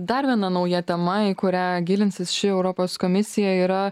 dar viena nauja tema į kurią gilinsis ši europos komisija yra